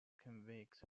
convict